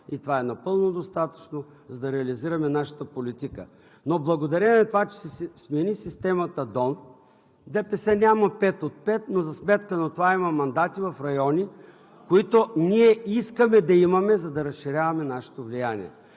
и това е напълно достатъчно, за да реализираме нашата политика. Благодарение на това, че се смени системата „Донт“, ДПС няма пет от пет, но за сметка на това има мандати в районите, които ние искаме да имаме, за да разширяваме нашето влияние,